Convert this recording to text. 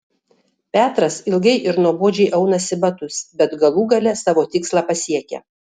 petras ilgai ir nuobodžiai aunasi batus bet galų gale savo tikslą pasiekia